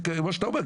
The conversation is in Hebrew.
וכמו שאתה אומר,